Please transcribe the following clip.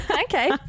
Okay